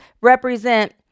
represent